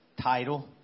title